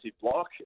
block